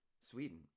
sweden